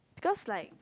because like